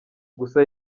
gusa